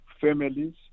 families